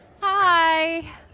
Hi